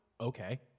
okay